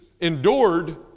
endured